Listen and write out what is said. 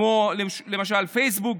למשל פייסבוק,